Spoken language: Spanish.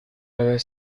haber